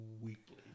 weekly